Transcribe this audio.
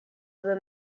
were